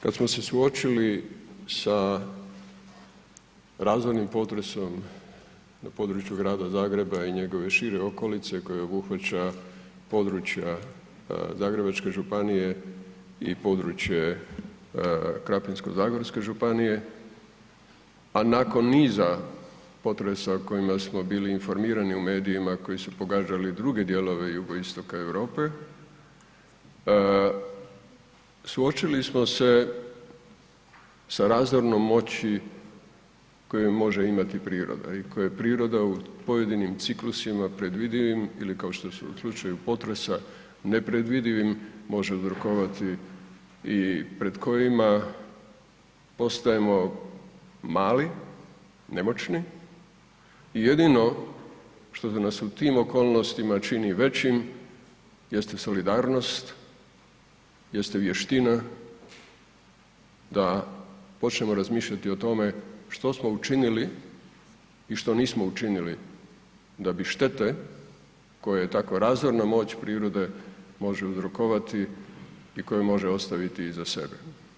Kada smo se suočili sa razornim potresom na području Grada Zagreba i njegove šire okolice koje obuhvaća područja Zagrebačke županije i područje Krapinsko-zagorske županije, a nakon niza potresa o kojima smo bili informirani u medijima koji su pogađali druge dijelove Jugoistoka Europe suočili smo se sa razornom moći koju može imati priroda i koje priroda u pojedinim ciklusima predvidivim ili kao što su u slučaju potrese nepredvidivim, može uzrokovati i pred kojima postajemo mali, nemoćni i jedino što nas u tim okolnostima čini većim jeste solidarnost, jeste vještina da počnemo razmišljati o tome što smo učinili i što nismo učinili da bi štete koje tako razorna moć prirode može uzrokovati i koje može ostaviti iza sebe.